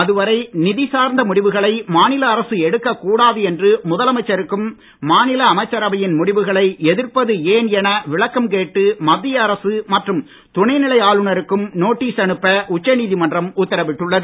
அதுவரை நிதி சார்ந்த முடிவுகளை மாநில அரசு எடுக்க கூடாது என்று முதலமைச்சருக்கும் மாநில அமைச்சரவையின் முடிவுகளை எதிர்ப்பது ஏன் என விளக்கம் கேட்டு மத்திய அரசு மற்றும் துணை நிலை ஆளுநருக்கும் நோட்டீஸ் அனுப்ப உச்சநீதிமன்றம் உத்தரவிட்டுள்ளது